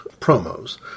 promos